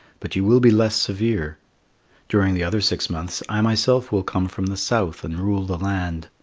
but you will be less severe during the other six months, i myself will come from the south and rule the land.